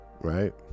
right